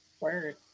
Word